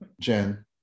Jen